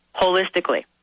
holistically